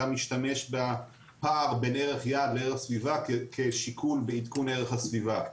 גם ישתמש בפער בין ערך יעד לערך סביבה כשיקול בעדכון ערך הסביבה.